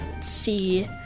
see